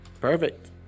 Perfect